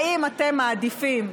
האם אתם מעדיפים,